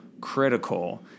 critical